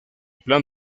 plan